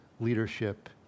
Leadership